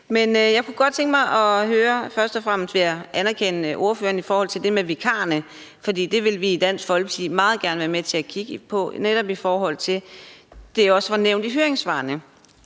forskellige partier i dag. Men først og fremmest vil jeg anerkende det, ordføreren siger om det med vikarerne. For det vil vi i Dansk Folkeparti meget gerne være med til at kigge på, netop i forhold til at det også var nævnt i høringssvarene.